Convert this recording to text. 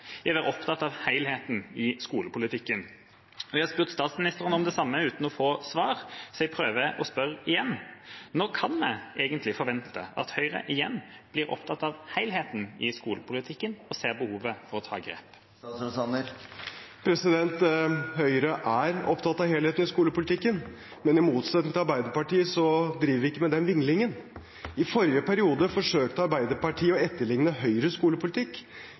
Jeg har spurt statsministeren om det samme uten å få svar, så jeg prøver å spørre igjen: Når kan vi egentlig forvente at Høyre igjen blir opptatt av helheten i skolepolitikken og ser behovet for å ta grep? Høyre er opptatt av helheten i skolepolitikken, men i motsetning til Arbeiderpartiet driver vi ikke med den vinglingen. I forrige periode forsøkte Arbeiderpartiet å etterligne Høyres skolepolitikk.